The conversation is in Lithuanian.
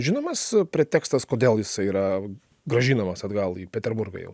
žinomas pretekstas kodėl jisai yra grąžinamas atgal į peterburgą jau